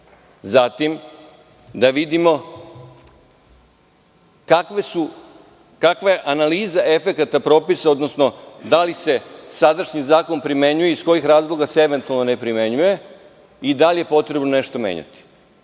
Zatim, da vidimo kakva je analiza efekata propisa, odnosno da li se sadašnji zakon primenjuje i iz kojih se razloga eventualno ne primenjuje i da li je potrebno nešto menjati?